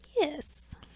Yes